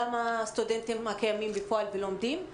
גם לסטודנטים הקיימים בפועל ולומדים,